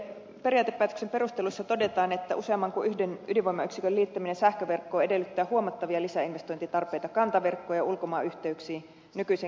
periaatepäätöksen perusteluissa todetaan että useamman kuin yhden ydinvoimayksikön liittäminen sähköverkkoon edellyttää huomattavia lisäinvestointitarpeita kantaverkkoon ja ulkomaanyhteyksiin nykyisiin kantaverkkoinvestointisuunnitelmiin verrattuna